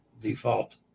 default